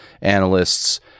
analysts